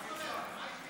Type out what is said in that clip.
מה זאת אומרת?